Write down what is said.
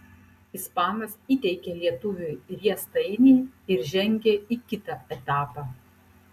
ispanas įteikė lietuviui riestainį ir žengė į kitą etapą